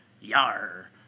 YAR